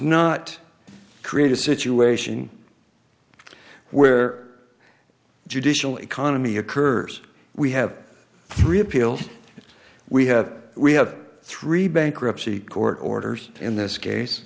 not create a situation where judicial economy occurs we have repealed we have we have three bankruptcy court orders in this case